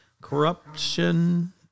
corruption